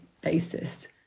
basis